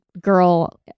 girl